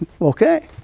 Okay